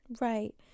Right